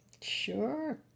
Sure